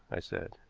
i said.